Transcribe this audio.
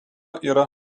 yra